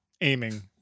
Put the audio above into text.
aiming